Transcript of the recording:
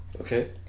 Okay